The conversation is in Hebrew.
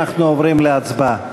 אנחנו עוברים להצבעה.